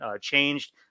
changed